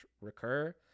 recur